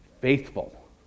faithful